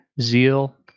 zeal